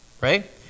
right